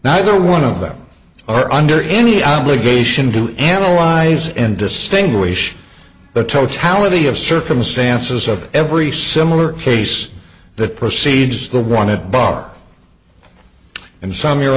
neither one of them are under any obligation to analyze and distinguish the totality of circumstances of every similar case that precedes the one it bar and some your